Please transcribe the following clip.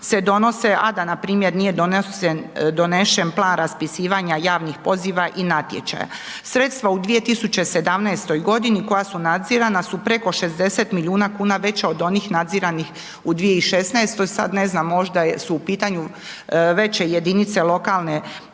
se donose, a da npr. nije donesen plan raspisivanja javnih poziva i natječaja. Sredstva u 2017. g. koja su nadzirana su preko 60 milijuna kn veća od onih nadziranih u 2016. sada ne znam, možda su u pitanju veće jedinice lokalne samouprave